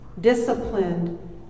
Disciplined